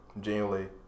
genuinely